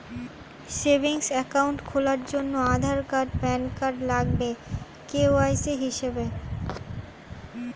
savings account খোলার জন্যে আধার আর প্যান কার্ড লাগবে কে.ওয়াই.সি হিসেবে